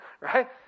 right